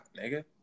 nigga